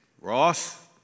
Ross